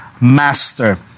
master